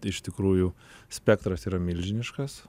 iš tikrųjų spektras yra milžiniškas